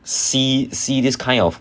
see see this kind of